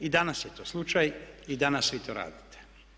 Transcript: I danas je to slučaj i danas vi to radite.